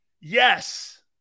Yes